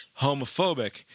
homophobic